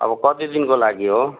अब कति दिनको लागि हो